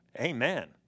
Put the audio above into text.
Amen